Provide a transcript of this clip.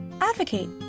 Advocate